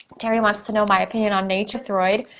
teri wants to know my opinion on nature-throid.